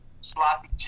Sloppy